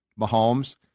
Mahomes